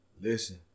listen